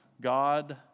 God